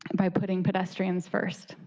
by putting pedestrians first.